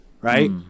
right